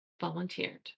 volunteered